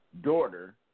daughter